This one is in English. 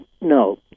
No